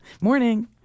Morning